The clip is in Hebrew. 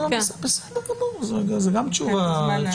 זו גם תשובה.